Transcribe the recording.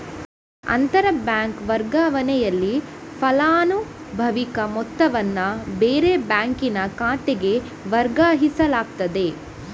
ಅಂತರ ಬ್ಯಾಂಕ್ ವರ್ಗಾವಣೆನಲ್ಲಿ ಫಲಾನುಭವಿಯ ಮೊತ್ತವನ್ನ ಬೇರೆ ಬ್ಯಾಂಕಿನ ಖಾತೆಗೆ ವರ್ಗಾಯಿಸಲಾಗ್ತದೆ